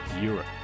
Europe